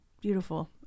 beautiful